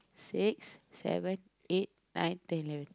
six seven eight nine ten eleven